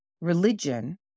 religion